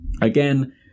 Again